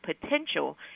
potential